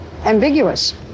ambiguous